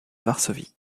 varsovie